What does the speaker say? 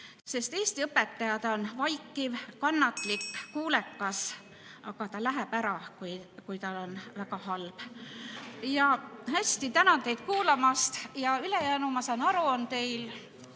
Eesti õpetaja on vaikiv, kannatlik, kuulekas, aga ta läheb ära, kui tal on väga halb. Tänan teid kuulamast! Ja ülejäänu, ma saan aru, on teil